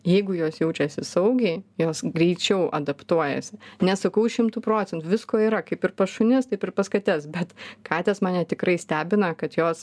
jeigu jos jaučiasi saugiai jos greičiau adaptuojasi nesakau šimtu procentų visko yra kaip ir pas šunis taip ir pas kates bet katės mane tikrai stebina kad jos